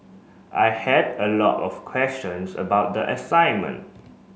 I had a lot of questions about the assignment